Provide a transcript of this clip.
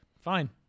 fine